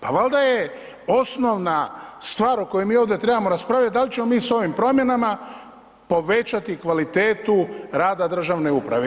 Pa valjda je osnovna stvar u kojoj mi ovdje trebamo raspravljati da li ćemo mi s ovim promjenama povećati kvalitetu rada državne uprave.